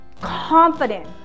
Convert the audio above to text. confident